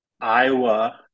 Iowa